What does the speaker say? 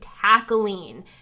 tackling